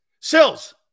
Sills